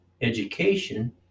education